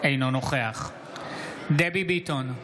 אינו נוכח דבי ביטון,